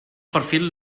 perfil